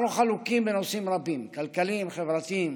אנחנו חלוקים בנושאים רבים, כלכליים, חברתיים,